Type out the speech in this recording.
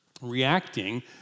reacting